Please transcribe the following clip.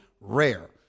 rare